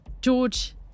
george